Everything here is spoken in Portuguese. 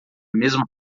mesma